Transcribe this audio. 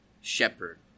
shepherd